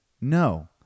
No